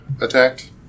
attacked